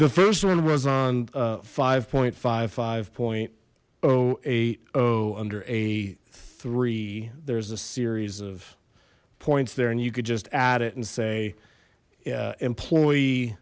the first one was on five point five five point oh eight oh under a three there's a series of points there and you could just add it and say employee